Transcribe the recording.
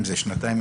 לפעמים בכל שנתיים,